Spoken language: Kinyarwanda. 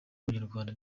abanyarwanda